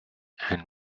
and